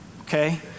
okay